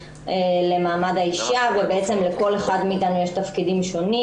למעמד האישה ובעצם לכל אחד מאתנו יש תפקידים שונים,